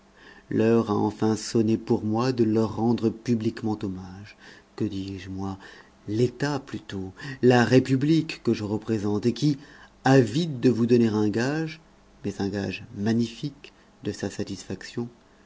l'heure a enfin sonné pour moi de leur rendre publiquement hommage que dis-je moi l'état plutôt la république que je représente et qui avide de vous donner un gage mais un gage magnifique de sa satisfaction